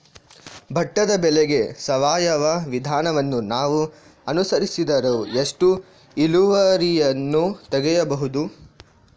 ಭತ್ತದ ಬೆಳೆಗೆ ಸಾವಯವ ವಿಧಾನವನ್ನು ನಾವು ಅನುಸರಿಸಿದರೆ ಎಷ್ಟು ಇಳುವರಿಯನ್ನು ತೆಗೆಯಬಹುದು?